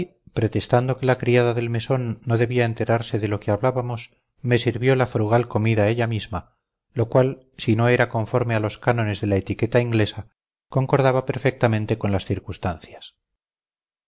pretextando que la criada del mesón no debía enterarse de lo que hablábamos me sirvió la frugal comida ella misma lo cual si no era conforme a los cánones de la etiqueta inglesa concordaba perfectamente con las circunstancias